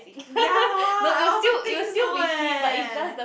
ya lor I also think so leh